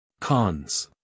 Cons